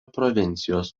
provincijos